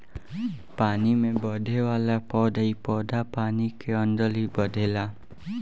पानी में बढ़ेवाला पौधा इ पौधा पानी के अंदर ही बढ़ेला